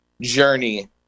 journey